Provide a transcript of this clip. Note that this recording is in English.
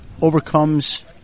overcomes